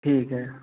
ठीक है